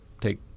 take